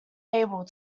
able